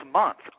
month